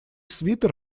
свитер